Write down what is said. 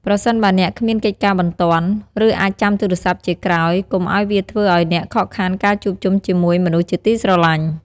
ប្រសិនបើអ្នកគ្មានកិច្ចការបន្ទាន់ ឬអាចចាំទូរស័ព្ទជាក្រោយ កុំឲ្យវាធ្វើឲ្យអ្នកខកខានការជួបជុំជាមួយមនុស្សជាទីស្រឡាញ់។